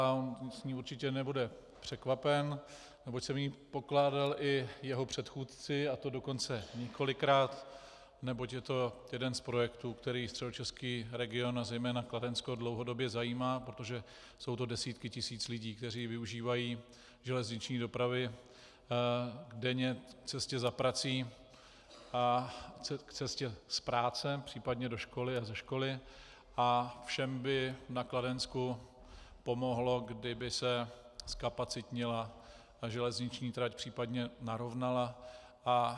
On z ní určitě nebude překvapen, neboť jsem ji pokládal i jeho předchůdci, a to dokonce několikrát, neboť je to jeden z projektů, který středočeský region a zejména Kladensko dlouhodobě zajímá, protože jsou to desítky tisíc lidí, kteří využívají železniční dopravu denně k cestě za prací a k cestě z práce, případně do školy a ze školy, a všem by na Kladensku pomohlo, kdyby se zkapacitnila ta železniční trať, případně narovnala.